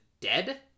dead